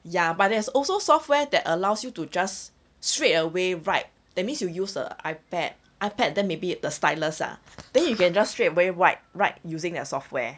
ya but there's also software that allows you to just straight away write that means you use the ipad ipad then maybe the stylus ah then you can just straight away write write using their software